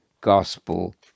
gospel